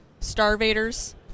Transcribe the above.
Starvaders